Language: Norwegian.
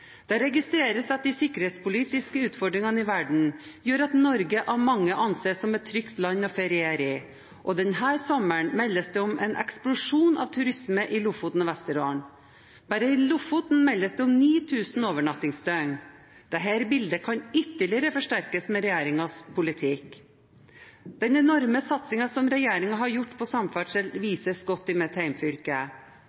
Det registreres at de sikkerhetspolitiske utfordringene i verden gjør at Norge av mange anses som et trygt land å feriere i. Denne sommeren meldes det om en eksplosjon av turisme i Lofoten og Vesterålen. Bare i Lofoten meldes det om 9 000 overnattingsdøgn, og dette bildet kan ytterligere forsterkes med regjeringens politikk. Den enorme satsingen som regjeringen har gjort på samferdsel,